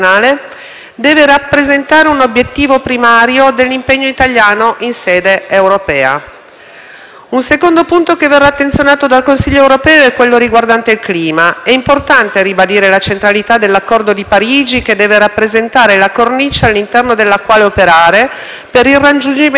Un secondo punto che verrà attenzionato dal Consiglio europeo è quello riguardante il clima: è importante ribadire la centralità dell'Accordo di Parigi che deve rappresentare la cornice all'interno della quale operare per il raggiungimento di obiettivi concreti, ben consapevoli della portata globale della lotta al cambiamento climatico.